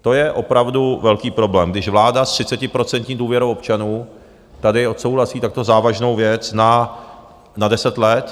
To je opravdu velký problém, když vláda s 30% důvěrou občanů tady odsouhlasí takto závažnou věc na deset let.